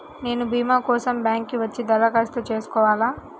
నేను భీమా కోసం బ్యాంక్కి వచ్చి దరఖాస్తు చేసుకోవాలా?